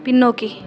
பின்னோக்கி